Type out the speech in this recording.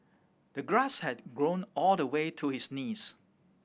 the grass had grown all the way to his knees